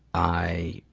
i,